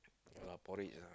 ya porridge ah